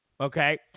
Okay